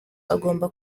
agomba